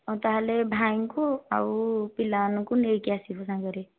ହଉ ତା'ହେଲେ ଭାଇଙ୍କୁ ଆଉ ପିଲାମାନଙ୍କୁ ନେଇକିଆସିବ ସାଙ୍ଗରେ